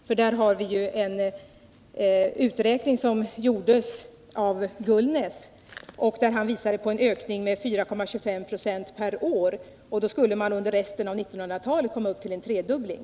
Här har det nu gjorts en utredning av Ingvar Gullnäs som visar en ökning på 4,25 9o per år i passagerarantal. Då skulle man under resten av 1900-talet få en tredubbling.